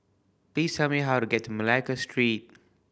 please tell me how to get to Malacca Street